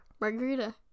margarita